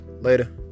later